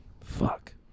Fuck